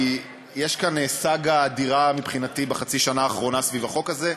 כי יש כאן סאגה אדירה מבחינתי בחצי השנה האחרונה סביב החוק הזה.